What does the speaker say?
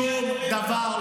שום דבר.